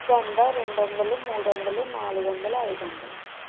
వంద రెండు వందలు మూడు వందలు నాలుగు వందలు ఐదు వందలు